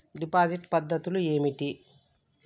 Deposit పద్ధతులు ఏమిటి?